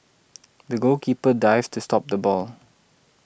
the goalkeeper dived to stop the ball